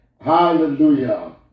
Hallelujah